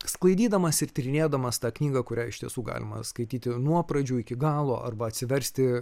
sklaidydamas ir tyrinėdamas tą knygą kurią iš tiesų galima skaityti nuo pradžių iki galo arba atsiversti